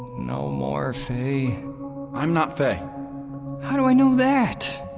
no more faye i'm not faye how do i know that?